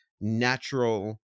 natural